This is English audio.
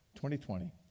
2020